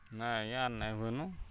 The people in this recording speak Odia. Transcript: ନାଇଁ ଆଜ୍ଞା ଆଉ ନାଇଁ ହୁଏନ